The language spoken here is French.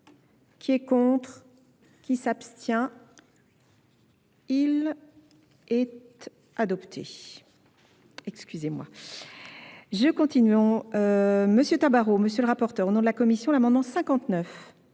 qui est contre qui s'abstient il est adopté excusez moi je continuons monsieur tabar monsieur le rapporteur au nom de la commission l'amendement